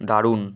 দারুণ